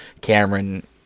Cameron